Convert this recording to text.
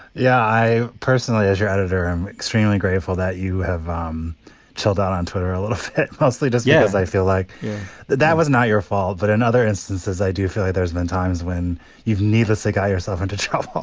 yeah. i personally, as your editor, i am extremely grateful that you have um chilled out on twitter a little flawlessly. does? yes. i feel like that that was not your fault. but in other instances, i do feel like there's been times when you've never say got yourself into trouble.